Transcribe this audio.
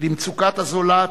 למצוקת הזולת,